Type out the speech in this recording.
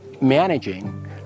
managing